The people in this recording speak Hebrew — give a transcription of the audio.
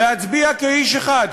להצביע כאיש אחד,